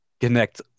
connect